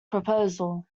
proposal